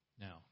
Now